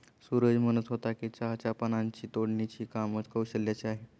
सूरज म्हणत होता की चहाच्या पानांची तोडणीचे काम कौशल्याचे आहे